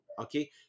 okay